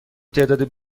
تعداد